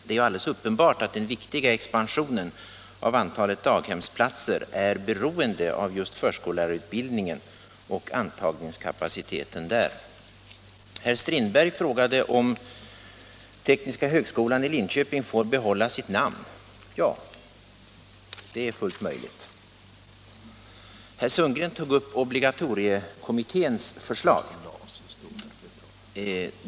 Det är uppenbart att den viktiga expansionen av antalet daghemsplatser är beroende av just förskollärarutbildningen och antagningskapaciteten där. Herr Strindberg frågade, om tekniska högskolan i Linköping får behålla sitt namn. Ja, det är fullt möjligt. Herr Sundgren tog upp obligatoriekommitténs förslag.